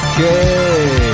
Okay